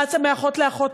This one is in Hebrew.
רצה מאחות לאחות,